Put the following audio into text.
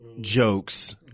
jokes